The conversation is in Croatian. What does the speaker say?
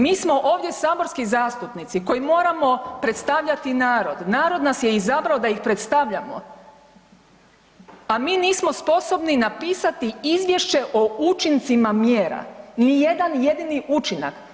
Mi smo ovdje saborski zastupnici koji moramo predstavljati narod, narod nas je izabrao da ih predstavljamo, a mi nismo sposobni napisati izvješće o učincima mjera, ni jedan jedini učinak.